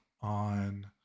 on